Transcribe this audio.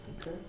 Okay